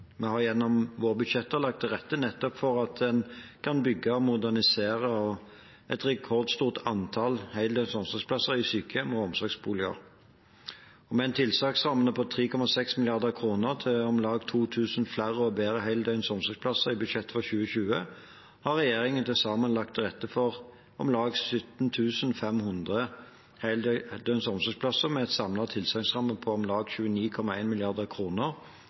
Vi har gjennom våre budsjetter lagt til rette for nettopp å bygge og modernisere et rekordstort antall heldøgns omsorgsplasser i sykehjem og omsorgsboliger. Med en tilsagnsramme på 3,6 mrd. kr til om lag 2 000 flere og bedre heldøgns omsorgsplasser i budsjettet for 2020 har regjeringen til sammen lagt til rette for om lag 17 500 heldøgns omsorgsplasser med en samlet tilsagnsramme på